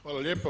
Hvala lijepa.